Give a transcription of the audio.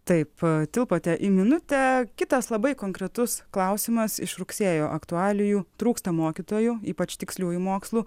taip tilpote į minutę kitas labai konkretus klausimas iš rugsėjo aktualijų trūksta mokytojų ypač tiksliųjų mokslų